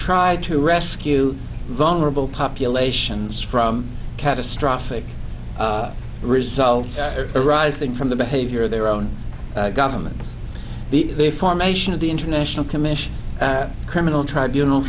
try to rescue vulnerable populations from catastrophic results arising from the behavior of their own governments the a formation of the international commission criminal tribunal